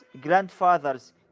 grandfathers